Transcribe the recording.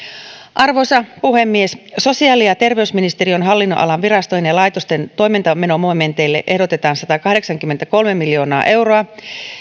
arvoisa puhemies sosiaali ja terveysministeriön hallinnonalan virastojen ja laitosten toimintamenomomenteille ehdotetaan satakahdeksankymmentäkolme miljoonaa euroa jossa